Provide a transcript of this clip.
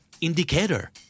Indicator